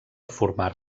formar